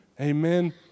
Amen